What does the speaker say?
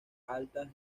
altas